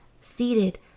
seated